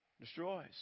destroys